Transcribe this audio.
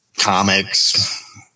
comics